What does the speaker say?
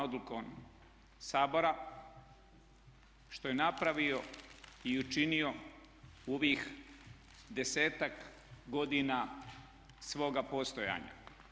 odlukom Sabora što je napravio i učinio u ovih desetak godina svoga postojanja.